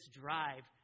drive